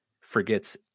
forgets